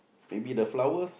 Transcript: maybe the flowers